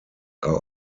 are